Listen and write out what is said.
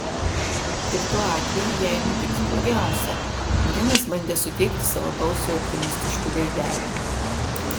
tik tuo atveju jei nutiks blogiausia grinas bandė suteikti savo balsui optimistiškų gaidelių